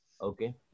Okay